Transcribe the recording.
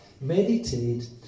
meditate